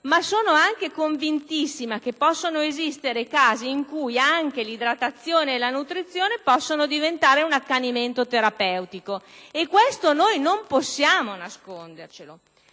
ma sono anche convintissima che vi sono casi in cui anche l'idratazione e la nutrizione possono diventare un accanimento terapeutico. E questo non possiamo nascondercelo.